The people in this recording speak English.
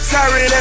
Sorry